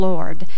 Lord